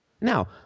Now